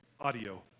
audio